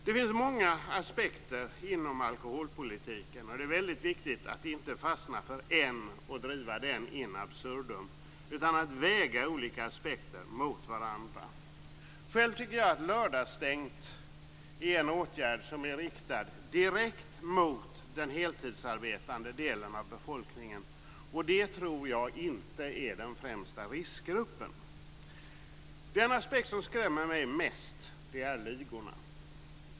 Det finns många aspekter inom alkholpolitiken, och det är väldigt viktigt att inte fastna för en aspekt och driva den in absurdum, utan man måste väga olika aspekter mot varandra. Själv tycker jag att lördagsstängning är en åtgärd riktad direkt mot den heltidsarbetande delen av befolkningen, och det är nog inte den främsta riskgruppen. Den aspekt som skrämmer mig mest är ligorna.